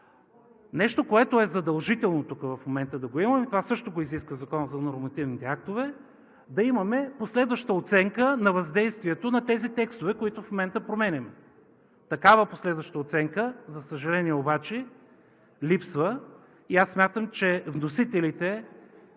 Нещо, което е задължително в момента да го имаме, това също го изисква Законът за нормативните актове – да имаме последваща оценка на въздействието на тези текстове, които в момента променяме. Такава последваща оценка, за съжаление, обаче липсва. Смятам, че вносителите